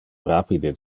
rapide